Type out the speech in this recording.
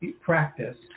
practice